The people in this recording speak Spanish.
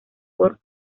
por